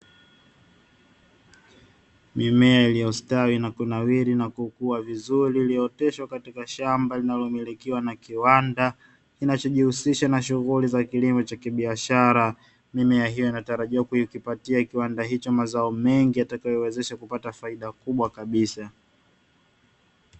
Mimea iliyostawi na kunawiri na kukua vizuri ulioteshwa katika shamba linalomilikiwa na kiwanda kinachojihusisha na shughuli za kilimo cha kibiashara. Mimea hiyo inatarajiwa kuipatia kiwanda hicho mazao mengi yatakayowezesha kupata faida kubwa kabisa.